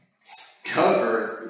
stubborn